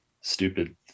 stupid